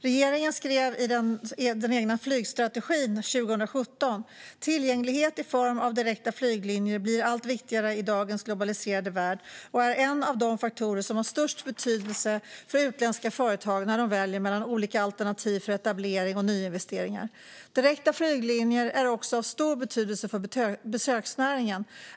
Regeringen skrev i den egna flygstrategin 2017: Tillgänglighet i form av direkta flyglinjer blir allt viktigare i dagens globaliserade värld och är en av de faktorer som har störst betydelse för utländska företag när de väljer mellan olika alternativ för etablering och nyinvesteringar. Direkta flyglinjer är också av stor betydelse för besöksnäringen.